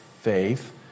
faith